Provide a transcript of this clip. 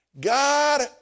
God